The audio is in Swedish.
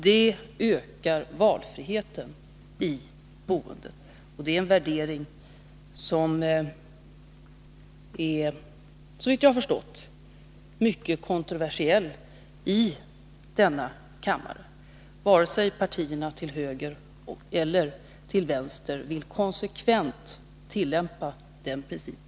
Det ökar valfriheten i boendet. Det är en värdering som, såvitt jag förstår, är mycket kontroversiell i denna kammare. Varken partierna till höger eller till vänster vill konsekvent tillämpa den principen.